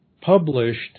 published